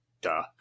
duh